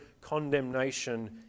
condemnation